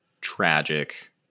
tragic